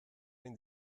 hain